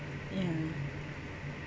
yeah